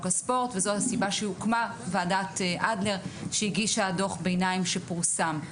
הספורט וזו הסיבה שהוקמה ועדת אדלר שהגישה דוח ביניים שפורסם.